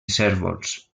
cérvols